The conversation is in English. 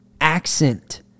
accent